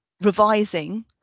revising